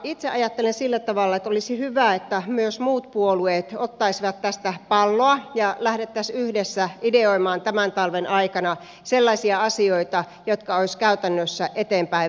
itse ajattelen sillä tavalla että olisi hyvä että myös muut puolueet ottaisivat tästä pallon ja lähdettäisiin yhdessä ideoimaan tämän talven aikana sellaisia asioita jotka olisivat käytännössä eteenpäin vietävissä